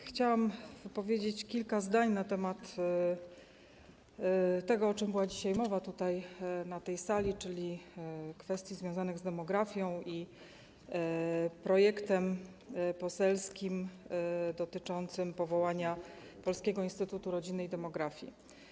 Chciałam powiedzieć kilka zdań na temat tego, o czym była dzisiaj mowa na tej sali, czyli kwestii związanych z demografią i projektem poselskim dotyczącym powołania Polskiego Instytutu Rodziny i Demografii.